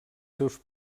seus